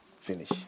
Finish